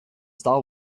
star